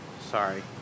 Sorry